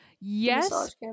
yes